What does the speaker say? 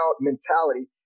mentality